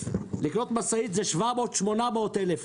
לקנות משאית זה 800-700 אלף.